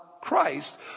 Christ